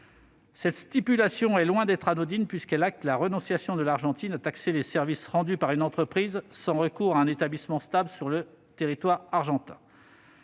Cette stipulation est loin d'être anodine, en tant qu'elle acte la renonciation de l'Argentine à taxer les services rendus par une entreprise sans recours à un établissement stable sur le territoire argentin.